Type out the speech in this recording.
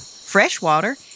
Freshwater